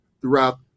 throughout